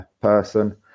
person